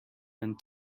and